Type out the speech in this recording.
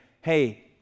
Hey